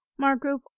Margrove